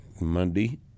Monday